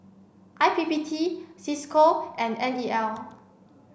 I P P T Cisco and N E L